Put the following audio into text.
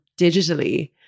digitally